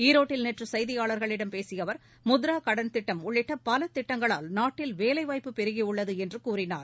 ஈரோட்டில் நேற்று செய்தியாளர்களிடம் பேசிய அவர் முத்ரா கடன் திட்டம் உள்ளிட்ட பல திட்டங்களால் நாட்டில் வேலைவாய்ப்பு பெருகியுள்ளது என்று கூறினார்